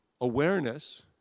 awareness